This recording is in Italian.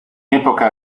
epoca